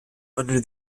under